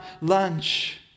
lunch